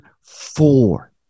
four